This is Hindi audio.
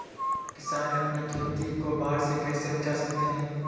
किसान अपनी खेती को बाढ़ से कैसे बचा सकते हैं?